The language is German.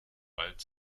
bald